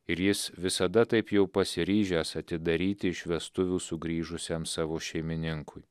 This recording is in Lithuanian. ir jis visada taip jau pasiryžęs atidaryti iš vestuvių sugrįžusiam savo šeimininkui